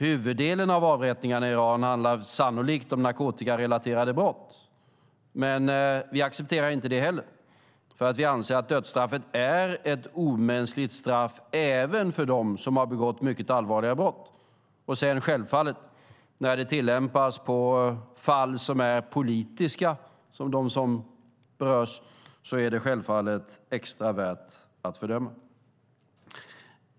Huvuddelen av avrättningarna i Iran handlar sannolikt om narkotikarelaterade brott. Men vi accepterar inte det heller, för vi anser att dödsstraffet är ett omänskligt straff även för dem som har begått mycket allvarliga brott. När det tillämpas på fall som är politiska, som dem som berörs här, är det självfallet extra värt att fördöma.